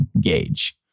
gauge